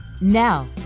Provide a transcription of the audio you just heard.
Now